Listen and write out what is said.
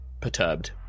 perturbed